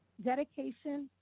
dedication,